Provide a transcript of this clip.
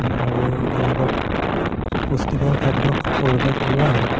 আৰু তেওঁলোকক পুষ্টিকৰ খাদ্য সৰুতে খোওৱা হয়